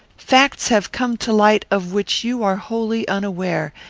facts have come to light of which you are wholly unaware,